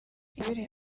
ingabire